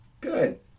Good